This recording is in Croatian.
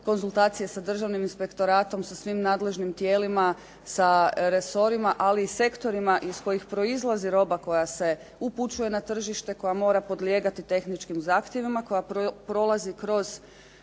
Konzultacije sa Državnim inspektoratom, sa svim nadležnim tijelima, sa resorima ali i sektorima iz kojih proizlazi roba koja se upućuje na tržište, koja mora podlijegati tehničkim zahtjevima, koja prolazi kroz